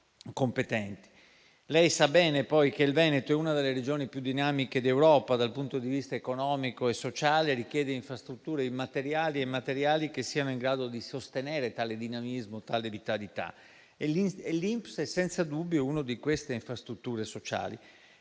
Lei sa bene, poi, che il Veneto è una delle Regioni più dinamiche d'Europa dal punto di vista economico e sociale, richiede infrastrutture immateriali e materiali che siano in grado di sostenere tale dinamismo e tale vitalità e l'INPS è senza dubbio una di queste infrastrutture sociali.